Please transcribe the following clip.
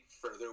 further